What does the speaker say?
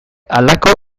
halako